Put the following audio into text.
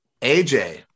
AJ